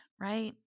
right